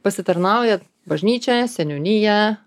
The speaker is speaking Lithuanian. pasitarnauja bažnyčia seniūnija